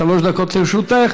שלוש דקות לרשותך,